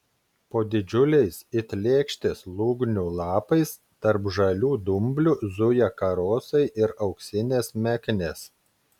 po didžiuliais it lėkštės lūgnių lapais tarp žalių dumblių zuja karosai ir auksinės meknės